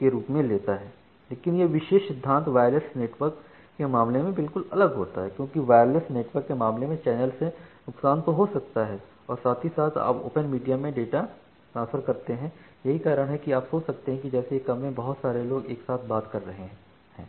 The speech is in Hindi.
के रूप में लेता है लेकिन यह विशेष सिद्धांत वायरलेस नेटवर्क के मामले में बिल्कुल अलग होता है क्योंकि वायरलेस नेटवर्क के मामले में चैनल से नुकसान तो हो सकता है और साथ ही साथ आप ओपन मीडिया में डेटा ट्रांसफर करते हैं यही कारण है कि आप सोच सकते हैं कि जैसे एक कमरे में बहुत सारे लोग एक साथ बात कर रहे हैं